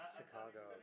Chicago